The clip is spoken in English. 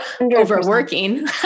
overworking